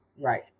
right